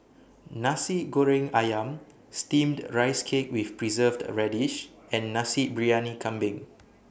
Nasi Goreng Ayam Steamed Rice Cake with Preserved Radish and Nasi Briyani Kambing